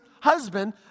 husband